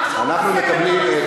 אנחנו מקבלים,